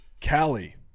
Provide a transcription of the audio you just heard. Cali